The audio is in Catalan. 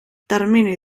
termini